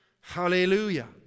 Hallelujah